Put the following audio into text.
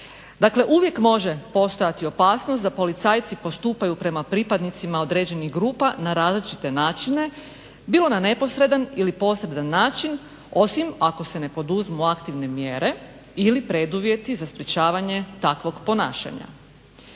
Dakle, uvijek može postojati opasnost da policajci postupaju prema pripadnicima određenih grupa na različite načine bilo na neposredan ili na posredan način osim ako se ne poduzmu aktivne mjere ili preduvjeti za sprečavanje takvog ponašanja.